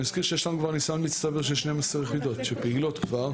אני מזכיר שיש לנו כבר ניסיון מצטבר של 12 יחידות שפעילות כבר,